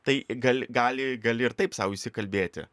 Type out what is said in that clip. tai gal gali gali ir taip sau įsikalbėti